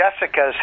Jessica's